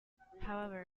however